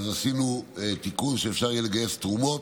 עשינו תיקון: אפשר יהיה לגייס תרומות,